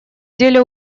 деле